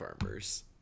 farmers